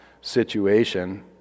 situation